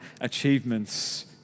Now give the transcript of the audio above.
achievements